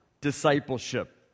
discipleship